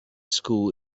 school